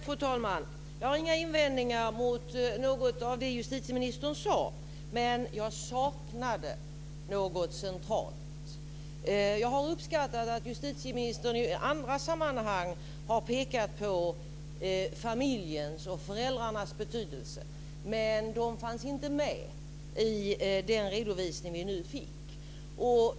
Fru talman! Jag har inga invändningar mot något av det justitieministern sade, men jag saknade något centralt. Jag har uppskattat att justitieministern i andra sammanhang har pekat på familjens och föräldrarnas betydelse, men de fanns inte med i den redovisning vi nu fick.